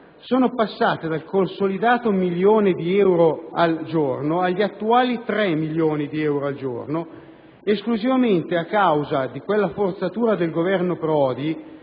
sono passate, dal consolidato milione di euro al giorno agli attuali 3 milioni di euro al giorno, esclusivamente a causa di quella forzatura del governo Prodi